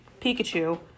pikachu